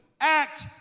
act